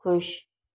खु़शि